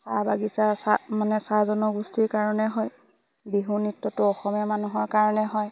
চাহ বাগিচা চাহ মানে চাহ জনগোষ্ঠীৰ কাৰণে হয় বিহু নৃত্যটোো অসমীয়া মানুহৰ কাৰণে হয়